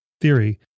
theory